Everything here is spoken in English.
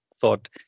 thought